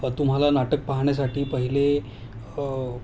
तुम्हाला नाटक पाहण्यासाठी पहिले